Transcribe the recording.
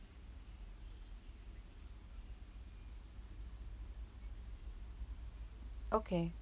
okay